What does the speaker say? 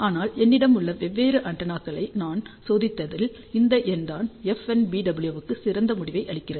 ஆனால் என்னிடம் உள்ள வெவ்வேறு ஆண்டெனாக்களை நான் சோதித்ததில் இந்த எண் தான் FNBW க்கு சிறந்த முடிவை அளிக்கிறது